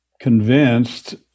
convinced